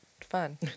fun